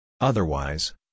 Otherwise